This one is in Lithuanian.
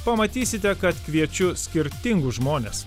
pamatysite kad kviečiu skirtingus žmones